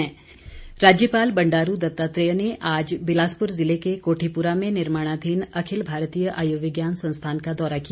राज्यपाल राज्यपाल बंडारू दत्तात्रेय ने आज बिलासपुर जिले के कोठीपुरा में निर्माणाधीन अखिल भारतीय आयुर्विज्ञान संस्थान का दौरा किया